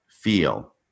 feel